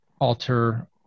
alter